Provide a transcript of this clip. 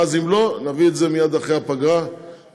ואז, אם לא, נביא את זה מייד אחרי הפגרה להצבעה,